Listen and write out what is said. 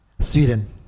Sweden